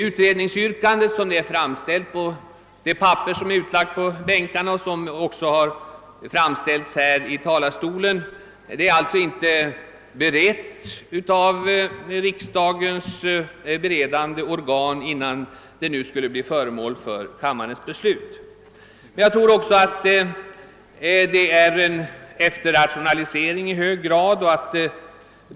Utredningsyrkandet, som återfinns på det papper som är utlagt i bänkarna och som också har framställts här i talarstolen, är alltså inte behandlat av riksdagens beredande organ innan det nu skall bli föremål för kammarens beslut. Jag tror också att det i hög grad rör sig om en efterrationalisering.